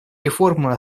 реформы